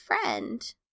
friend